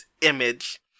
image